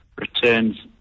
returns